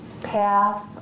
path